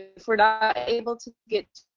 if we're not able to get